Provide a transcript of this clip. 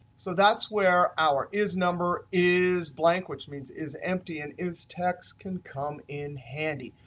so that's where our is number is blank, which means is empty and is text can come in handy.